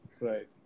Right